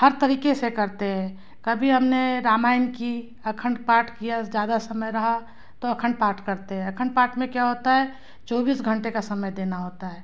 हर तरीके से करते है कभी हमने रामायण की अखंड पाठ किया जादा समय रहा तो अखंड पाठ करते है अखंड पाठ में क्या होता है चौबीस घंटे का समय देना होता है